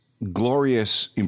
glorious